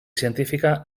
científica